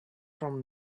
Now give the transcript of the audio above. from